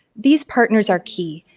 these partners are key.